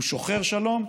הוא שוחר שלום,